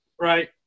right